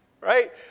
Right